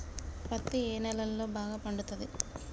పత్తి ఏ నేలల్లో బాగా పండుతది?